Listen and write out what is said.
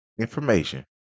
information